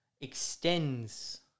extends